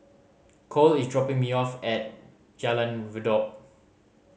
Kole is dropping me off at Jalan Redop